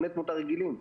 לבני תמותה רגילים...